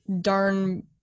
darn